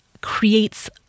creates